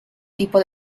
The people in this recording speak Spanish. tipo